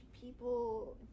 people